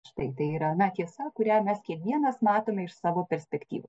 štai tai yra na tiesa kurią mes kiekvienas matome iš savo perspektyvų